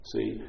See